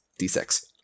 D6